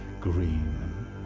green